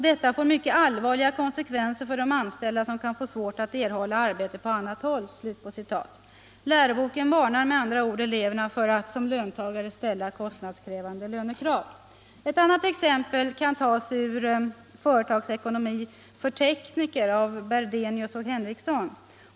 Detta får mycket allvarliga konsekvenser för de anställda som kan få svårt att erhålla arbete på annat håll.” Läroboken varnar med andra ord eleverna för att som löntagare ställa kostnadskrävande lönekrav. Ett annat exempel kan tas ur Företagsekonomi för tekniker av Berdenius och Henriksson.